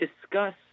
discuss